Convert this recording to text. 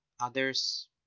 Others